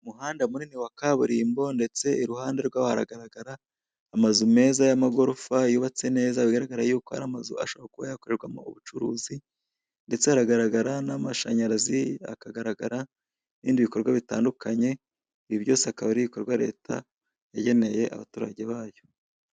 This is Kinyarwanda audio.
Inyubako nziza cyane iri kurabagirana. Iyi nyubako ni hoteli, ikaba yubatse ahantu ku muhanda. Ni mu masaha y'ijoro kuko ni yo mpamvu amatara ari kwaka kuri iyi hotel ndetse no ku zindi nyubako ziyikikije.